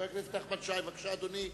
חבר הכנסת נחמן שי, בבקשה, אדוני.